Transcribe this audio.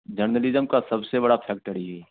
journalism का सबसे बड़ा फैक्टर यही है